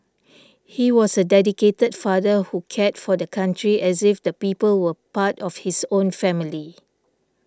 he was a dedicated father who cared for the country as if the people were part of his own family